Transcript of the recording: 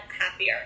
happier